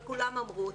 שכולם אמרו אותם,